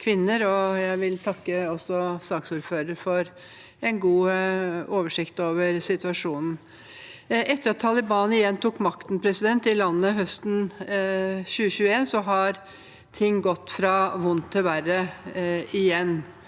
jeg vil takke saksordføreren for en god oversikt over situasjonen. Etter at Taliban igjen tok makten i landet høsten 2021, har ting gått fra vondt til verre igjen,